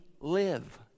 live